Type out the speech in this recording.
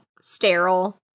sterile